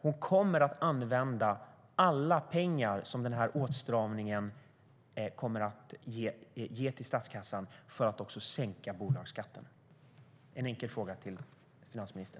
hon kommer att använda alla pengar som denna åtstramning kommer att ge till statskassan för att också sänka bolagsskatten. Detta är en enkel fråga till finansministern.